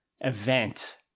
event